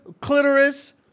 clitoris